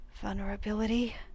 Vulnerability